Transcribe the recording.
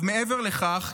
מעבר לכך,